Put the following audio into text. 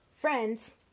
friends